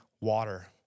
water